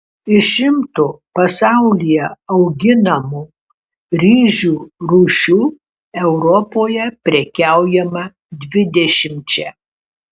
iš šimto pasaulyje auginamų ryžių rūšių europoje prekiaujama dvidešimčia